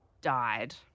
Died